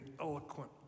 eloquent